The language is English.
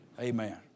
amen